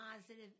positive